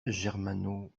germano